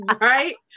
Right